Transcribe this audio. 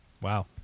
Wow